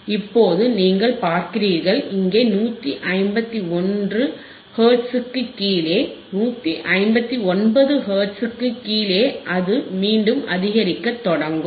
இப்போது நீங்கள் பார்க்கிறீர்கள் இங்கே 151 ஹெர்ட்ஸுக்கு கீழே 159 ஹெர்ட்ஸுக்கு கீழே அது மீண்டும் அதிகரிக்கத் தொடங்கும்